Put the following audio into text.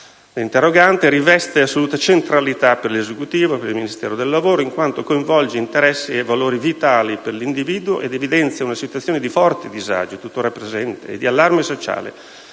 interrogante riveste assoluta centralità per l'Esecutivo e per il Ministero del lavoro in quanto coinvolge interessi e valori vitali per l'individuo ed evidenzia una situazione di forte disagio, tuttora presente, e di allarme sociale,